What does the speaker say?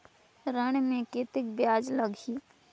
ऋण मे कतेक ब्याज लगही?